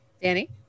Danny